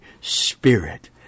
Spirit